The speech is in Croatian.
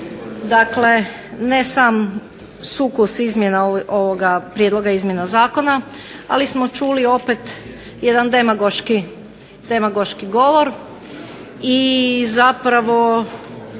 dakle ne sam sukus izmjena ovog prijedloga i izmjena zakona ali smo čuli opet jedan demagoški govor i zapravo